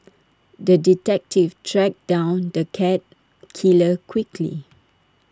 the detective tracked down the cat killer quickly